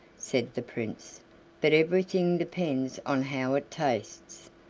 said the prince but everything depends on how it tastes,